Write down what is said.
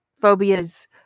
phobias